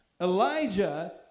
Elijah